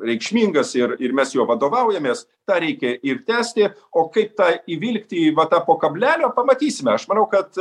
reikšmingas ir ir mes juo vadovaujamės tą reikia ir tęsti o kaip tą įvilkti į va tą po kablelio pamatysime aš manau kad